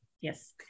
yes